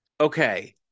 Okay